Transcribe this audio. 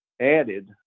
added